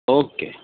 okay